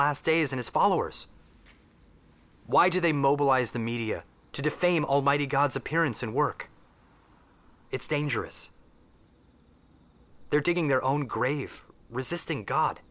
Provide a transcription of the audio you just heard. last days of his followers why do they mobilize the media to defame almighty god's appearance and work it's dangerous they're digging their own grave resisting god